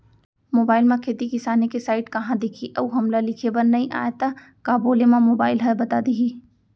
Mobile म खेती किसानी के साइट कहाँ दिखही अऊ हमला लिखेबर नई आय त का बोले म मोबाइल ह बता दिही?